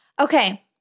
okay